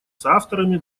соавторами